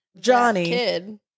Johnny